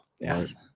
Yes